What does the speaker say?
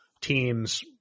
teams